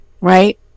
right